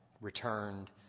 returned